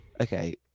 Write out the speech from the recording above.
Okay